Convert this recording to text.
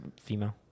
female